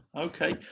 okay